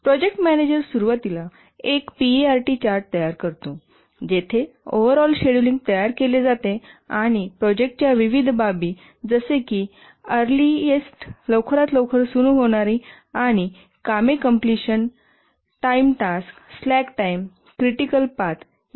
project manager सुरुवातीला एक PERT chart तयार करतो जेथे ओव्हरऑल शेड्यूलिंग तयार केले जाते आणि प्रोजेक्टच्या विविध बाबी जसे की लवकरात लवकर सुरू होणारी आणि कामे completion time task slack time critical path इ